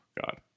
God